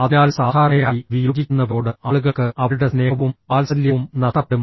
അതിനാൽ സാധാരണയായി വിയോജിക്കുന്നവരോട് ആളുകൾക്ക് അവരുടെ സ്നേഹവും വാത്സല്യവും നഷ്ടപ്പെടും